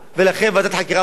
ועדת חקירה ממלכתית,